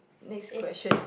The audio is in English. next question